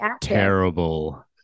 terrible